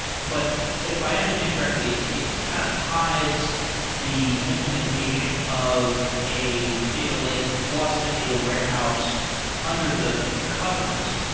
but if i understand correctly, it it kind of hides the implementation of a data lake plus a data warehouse under the covers.